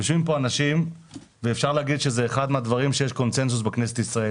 זה אחד הדברים שיש קונצנזוס בכנסת ישראל.